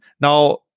Now